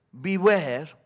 beware